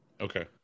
Okay